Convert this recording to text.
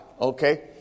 Okay